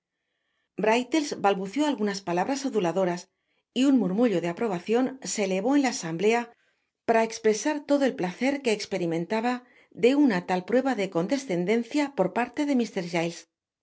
balbuceó algunas palabras aduladoras y un murmullo de aprobacion se elevó en la asamblea para expresar todo el placer que esperimentaba de una tal prueba de condescendencia por parle de